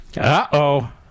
Uh-oh